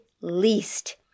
least